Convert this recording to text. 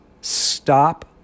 stop